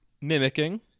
mimicking